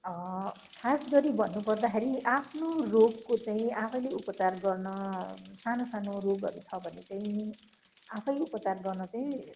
खास गरी भन्नुपर्दाखेरि आफ्नो रोगको चाहिँ आफैले उपचार गर्न सानो सानो रोगहरू छ भने चाहिँ आफै उपचार गर्न चाहिँ